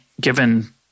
given